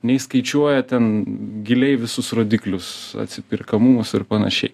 nei skaičiuoja ten giliai visus rodiklius atsiperkamumus ir panašiai